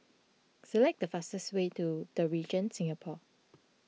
select the fastest way to the Regent Singapore